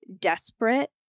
desperate